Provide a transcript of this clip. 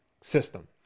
system